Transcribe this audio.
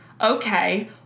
okay